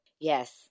Yes